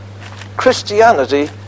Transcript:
Christianity